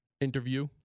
interview